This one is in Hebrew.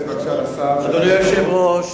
אדוני היושב-ראש,